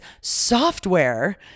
software